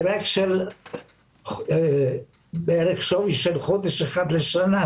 הוא בשווי של חודש אחד בשנה,